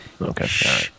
Okay